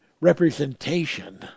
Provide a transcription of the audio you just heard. representation